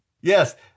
Yes